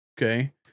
Okay